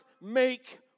make